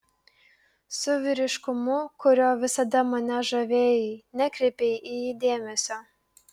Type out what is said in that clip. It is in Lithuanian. su vyriškumu kuriuo visada mane žavėjai nekreipei į jį dėmesio